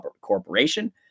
corporation